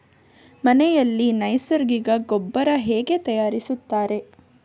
ಮನೆಯಲ್ಲಿ ನೈಸರ್ಗಿಕ ಗೊಬ್ಬರ ಹೇಗೆ ತಯಾರಿಸುತ್ತಾರೆ?